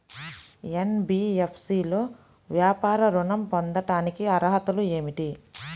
NBFC లో వ్యాపార ఋణం పొందటానికి అర్హతలు ఏమిటీ?